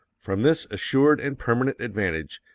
from this assured and permanent advantage,